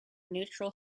neutral